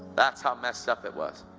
that's how messed up it was.